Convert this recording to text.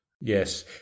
Yes